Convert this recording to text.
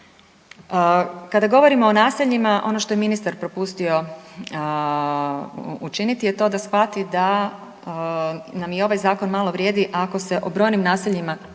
Kada govorimo o naseljima, ono što je ministar propustio učinit je to da shvati da nam i ovaj Zakon malo vrijedi ako se o brojnim naseljima,